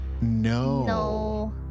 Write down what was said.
no